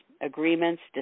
agreements